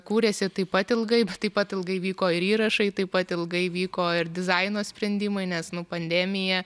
kūrėsi taip pat ilgai taip pat ilgai vyko ir įrašai taip pat ilgai vyko ir dizaino sprendimai nes nu pandemija